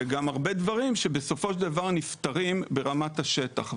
וגם יש הרבה דברים שבסופו של דבר נפתרים ברמת השטח.